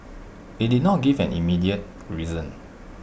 IT did not give an immediate reason